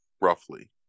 roughly